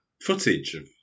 Footage